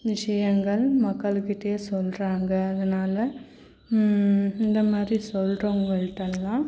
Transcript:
விஷயங்கள் மக்கள்கிட்டயே சொல்கிறாங்க அதனால் இந்தமாதிரி சொல்கிறவுங்கள்ட்டல்லாம்